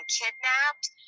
kidnapped